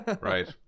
Right